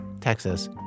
Texas